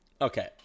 Okay